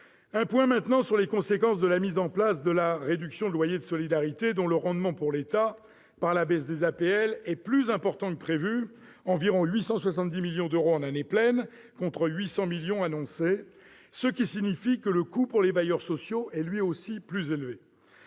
Un point, maintenant, sur les conséquences de la mise en place de la réduction de loyer de solidarité, dont le rendement pour l'État, du fait de la baisse des APL, est plus important que prévu : environ 870 millions d'euros en année pleine, contre 800 millions initialement prévus, ce qui signifie que, pour les bailleurs sociaux, le coût est lui aussi plus élevé.